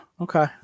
okay